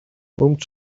өмч